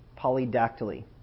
polydactyly